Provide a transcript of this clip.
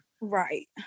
Right